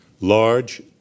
large